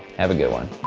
have a good one.